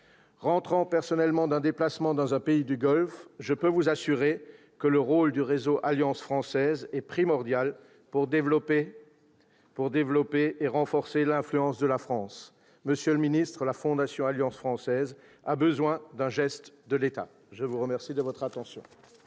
Je rentre d'un déplacement dans un pays du Golfe ; je peux vous dire que le rôle du réseau des Alliances françaises est primordial pour développer et renforcer l'influence de la France. Monsieur le ministre, la Fondation Alliance française a besoin d'un geste de l'État. Tout à fait ! Bravo